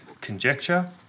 conjecture